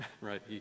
right